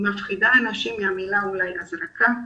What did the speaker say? המילה "הזרקה"